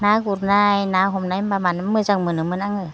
ना गुरनाय ना हमनाय होमब्ला मानो मोजां मोनोमोन आङो